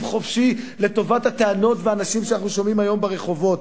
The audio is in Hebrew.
חופשי לטובת הטענות והאנשים שאנחנו שומעים היום ברחובות.